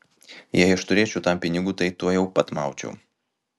jei aš turėčiau tam pinigų tai tuojau pat maučiau